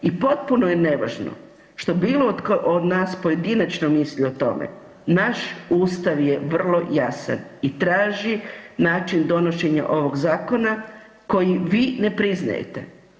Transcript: I potpuno je nevažno što bilo tko od nas pojedinačno misli o tome, naš Ustav je vrlo jasan i traži način donošenja ovog zakona koji vi ne priznajete.